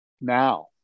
now